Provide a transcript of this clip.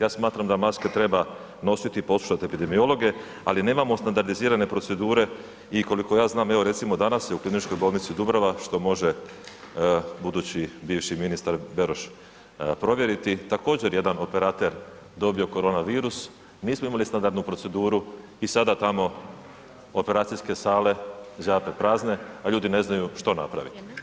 Ja smatram da maske treba nositi i poslušati epidemiologe ali nemamo standardizirane procedure i koliko ja znam, evo recimo danas je u KBC Dubrava što može budući bivši ministar Beroš provjeriti, također jedan operater dobio korona virus, nismo imali standardnu proceduru i sada tamo operacijske sale zjape prazne a ljudi ne znaju što napraviti.